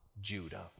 Judah